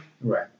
Right